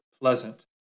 pleasant